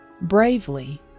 Bravely